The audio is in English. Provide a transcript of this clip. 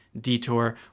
detour